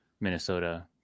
Minnesota